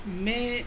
میں